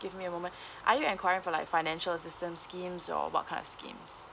give me a moment are you enquiring for like financial assistance schemes or what kind of schemes